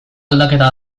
aldaketa